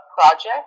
project